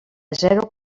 zero